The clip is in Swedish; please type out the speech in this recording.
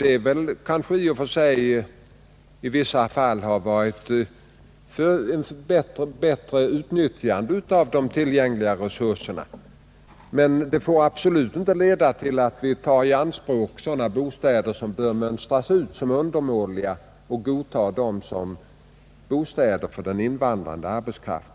Det kanske i vissa fall har lett till ett bättre utnyttjande av tillgängliga resurser. Det får dock absolut inte leda till att vi tar i anspråk sådana bostäder som bör mönstras ut såsom undermåliga och godtar dem såsom bostäder för den invandrande arbetskraften.